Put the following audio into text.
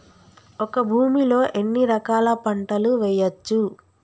ఒక భూమి లో ఎన్ని రకాల పంటలు వేయచ్చు?